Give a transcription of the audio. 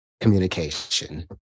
communication